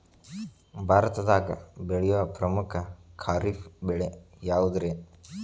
ಭಾರತದಾಗ ಬೆಳೆಯೋ ಪ್ರಮುಖ ಖಾರಿಫ್ ಬೆಳೆ ಯಾವುದ್ರೇ?